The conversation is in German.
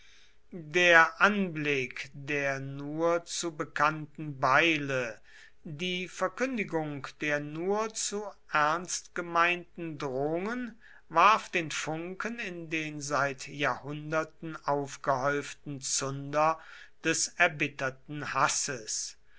der anblick der nur zu bekannten beile die verkündigung der nur zu ernst gemeinten drohungen warf den funken in den seit jahrhunderten aufgehäuften zunder des erbitterten hasses